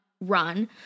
run